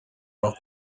are